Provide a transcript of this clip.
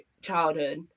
childhood